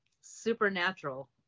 Supernatural